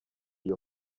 iyo